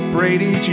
Brady